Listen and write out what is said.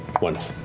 once.